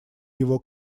его